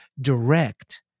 direct